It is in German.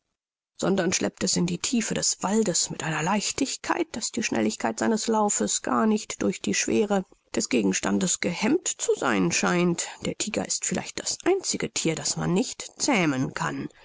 sondern er schleppt es in die tiefe des waldes mit einer leichtigkeit daß die schnelligkeit seines laufes gar nicht durch die schwere des gegenstandes gehemmt zu sein scheint der tiger ist vielleicht das einzige thier das man nicht zähmen kann